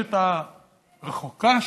במורשת הרחוקה שלנו,